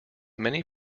many